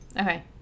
Okay